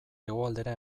hegoaldera